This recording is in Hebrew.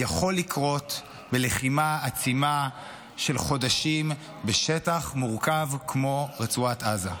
יכול לקרות בלחימה עצימה של חודשים בשטח מורכב כמו רצועת עזה.